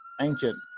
ancient